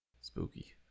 Spooky